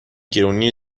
گرونی